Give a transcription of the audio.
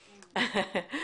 טבע.